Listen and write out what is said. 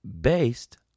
Based